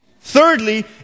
Thirdly